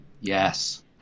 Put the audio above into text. yes